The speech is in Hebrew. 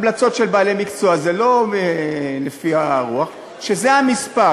המלצות של בעלי מקצוע הן לא לפי הרוח, שזה המספר